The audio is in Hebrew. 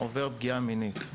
עובר פגיעה מינית.